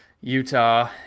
Utah